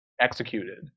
executed